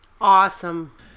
awesome